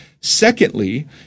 Secondly